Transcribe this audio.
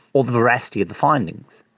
or the veracity of the findings,